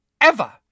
ever—